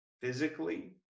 physically